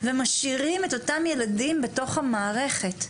ומשאירים את אותם ילדים בתוך המערכת.